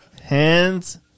Hands